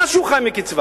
משום שהוא חי מקצבה.